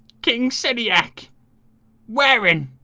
king celiac wearing